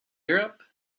europe